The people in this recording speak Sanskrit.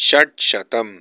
षट्षतम्